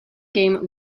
game